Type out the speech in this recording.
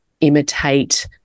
imitate